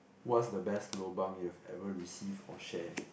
what's the best lobang you have ever received or share